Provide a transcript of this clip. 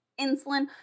Insulin